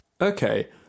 Okay